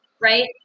right